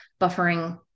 buffering